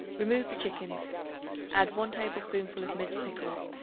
remove the chickens add one tablespoonful of minced pickles,